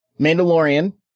Mandalorian